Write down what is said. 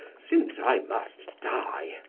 since i must die?